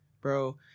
bro